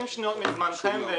30 שניות מזמנכם...